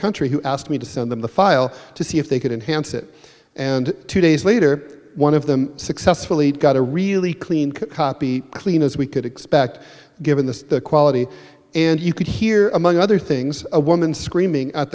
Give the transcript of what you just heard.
country who asked me to send them the file to see if they could enhance it and two days later one of them successfully got a really clean copy clean as we could expect given the quality and you could hear among other things a woman screaming at